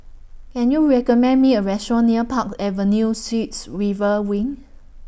Can YOU recommend Me A Restaurant near Park Avenue Suites River Wing